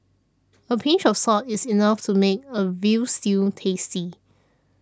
a pinch of salt is enough to make a Veal Stew tasty